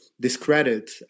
discredit